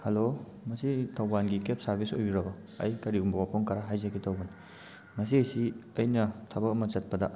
hello ꯃꯁꯤ ꯊꯧꯕꯥꯜꯒꯤ cab service ꯑꯣꯏꯕꯤꯔꯕꯣ ꯑꯩ ꯀꯔꯤꯒꯨꯝꯕ ꯋꯥꯐꯝ ꯈꯔ ꯍꯥꯏꯖꯒꯦ ꯇꯧꯕꯅꯤ ꯉꯁꯤ ꯑꯁꯤ ꯑꯩꯅ ꯊꯕꯛ ꯑꯃ ꯆꯠꯄꯗ